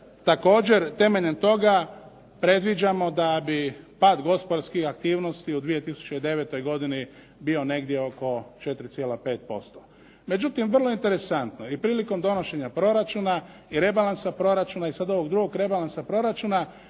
također temeljem toga predviđamo da bi pad gospodarskih aktivnosti u 2009. godini bio negdje oko 4,5%. Međutim, vrlo je interesantno i prilikom donošenja proračuna i rebalansa proračuna i sada ovog drugog rebalansa proračuna,